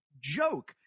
joke